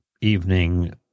evening